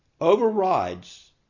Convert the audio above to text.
overrides